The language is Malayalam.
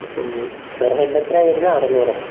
അപ്പം പെർ ഹെഡ് എത്രയാണ് വരുന്നത് അറുനൂറോ